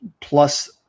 plus